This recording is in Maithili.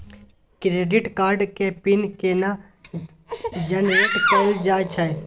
क्रेडिट कार्ड के पिन केना जनरेट कैल जाए छै?